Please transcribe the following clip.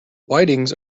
whitings